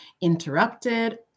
interrupted